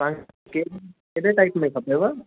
तव्हांखे कहिड़े टाइप में खपेव